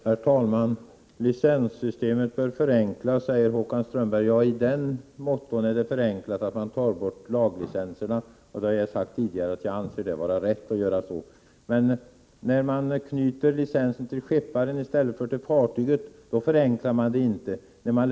Herr talman! Licenssystemet för yrkesfiske bör förenklas, säger Håkan Strömberg. Ja, det är förenklat i så måtto att laglicenserna tas bort, och jag har tidigare sagt att jag anser att det är riktigt. Men när licensen knyts till skepparen i stället för till fartyget förenklas inte systemet.